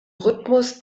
rhythmus